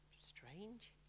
strange